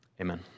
Amen